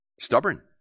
Stubborn